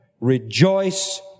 rejoice